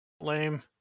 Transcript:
lame